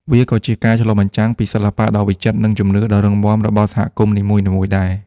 វាក៏ជាការឆ្លុះបញ្ចាំងពីសិល្បៈដ៏វិចិត្រ និងជំនឿដ៏រឹងមាំរបស់សហគមន៍នីមួយៗដែរ។